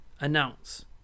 announce